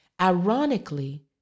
Ironically